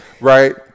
right